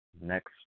next